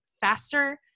faster